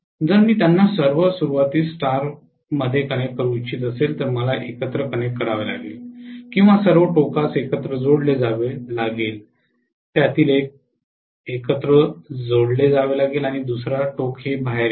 जर मी त्यांना सर्व सुरुवातीस स्टारमध्ये कनेक्ट करू इच्छित असेल तर मला एकत्र कनेक्ट करावे लागेल किंवा सर्व टोकास एकत्र जोडले जावे लागेल त्यातील एक एकत्र जोडले जावे लागेल आणि दुसरा टोक बाहेर येईल